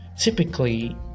typically